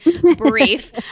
brief